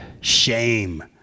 shame